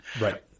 Right